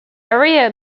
area